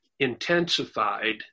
intensified